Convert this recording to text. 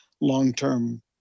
long-term